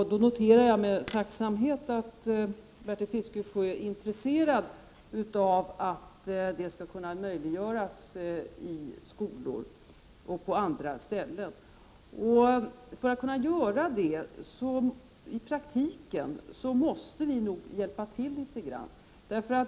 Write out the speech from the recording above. Jag noterar med tacksamhet att Bertil Fiskesjö är intresserad av att detta skall kunna möjliggöras i skolor exempelvis. Men för att kunna göra det måste ni nog i praktiken hjälpa till litet grand.